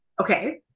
Okay